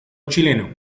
chileno